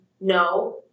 no